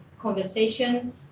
conversation